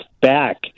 back